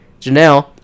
Janelle